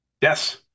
Yes